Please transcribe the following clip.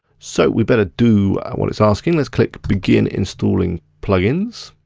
so we'd better do what it's asking, let's click begin installing plugins.